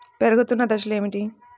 పెరుగుతున్న దశలు ఏమిటి?